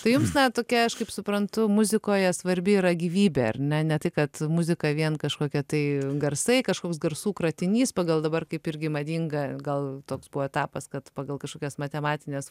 tai jums na tokia aš kaip suprantu muzikoje svarbi yra gyvybė ar ne ne tai kad muzika vien kažkokie tai garsai kažkoks garsų kratinys pagal dabar kaip irgi madinga gal toks buvo etapas kad pagal kažkokias matematines